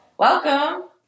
Welcome